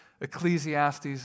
Ecclesiastes